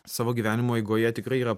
savo gyvenimo eigoje tikrai yra